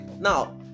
now